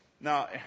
Now